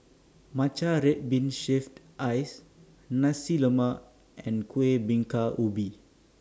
Matcha Red Bean Shaved Ice Nasi Lemak and Kueh Bingka Ubi